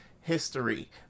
history